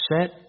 Set